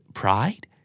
pride